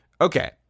Okay